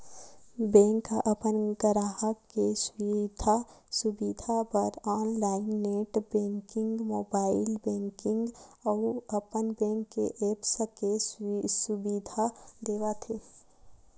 bank ह अपन गराहक के सुबिधा बर online net banking, mobile banking अउ अपन बेंक के ऐप्स के सुबिधा देवत हे